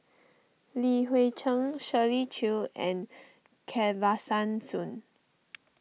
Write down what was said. Li Hui Cheng Shirley Chew and Kesavan Soon